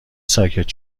ساکت